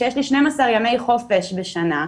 כשיש לי 12 ימי חופש בשנה,